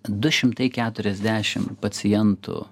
du šimtai keturiasdešim pacientų